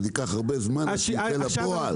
ייקח הרבה זמן עד שהוא ייצא לפועל.